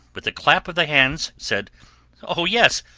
with a clap of the hands, said o yes!